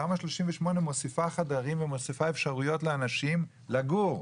תמ"א 38 מוסיפה חדרים ומוסיפה אפשרויות לאנשים לגור.